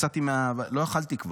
כבר לא יכולתי.